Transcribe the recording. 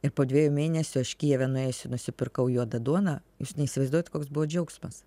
ir po dviejų mėnesių aš kijeve nuėjusi nusipirkau juodą duoną jūs neįsivaizduojat koks buvo džiaugsmas